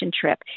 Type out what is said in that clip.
trip